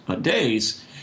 days